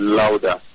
louder